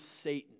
Satan